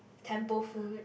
temple food